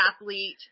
athlete